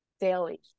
daily